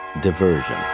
diversion